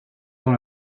dans